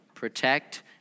Protect